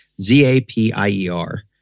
Z-A-P-I-E-R